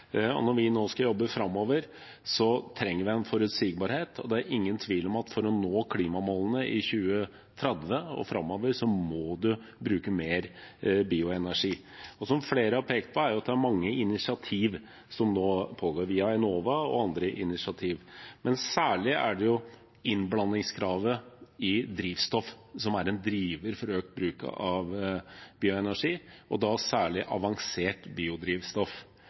Når vi nå skal jobbe framover, trenger vi forutsigbarhet, og det er ingen tvil om at man må bruke mer bioenergi for å nå klimamålene i 2030 og framover. Som flere har pekt på, er det mange initiativer som nå tas via Enova, og andre initiativer. Men det er særlig innblandingskravet i drivstoff som er en driver for økt bruk av bioenergi, og da særlig avansert biodrivstoff.